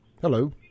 Hello